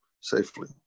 safely